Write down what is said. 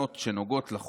אפשר לקיים את המדיניות,